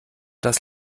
das